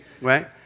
right